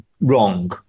wrong